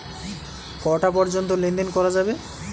কটা পর্যন্ত লেন দেন করা যাবে?